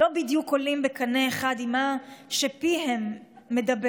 לא בדיוק עולים בקנה אחד עם מה שפיהם מדבר.